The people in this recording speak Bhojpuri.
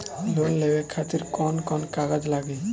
लोन लेवे खातिर कौन कौन कागज लागी?